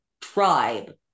Tribe